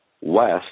west